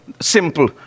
simple